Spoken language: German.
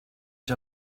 ich